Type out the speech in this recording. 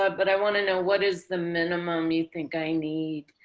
ah but i want to know what is the minimum. you think i need